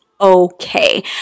okay